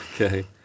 okay